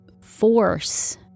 force